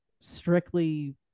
strictly